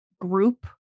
group